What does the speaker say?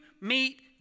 meet